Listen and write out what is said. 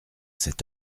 cette